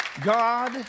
God